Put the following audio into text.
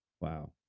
Wow